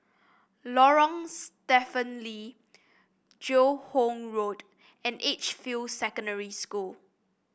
Lorong Stephen Lee Joo Hong Road and Edgefield Secondary School